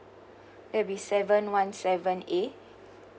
twenty seven one seven A